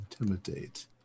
Intimidate